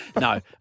no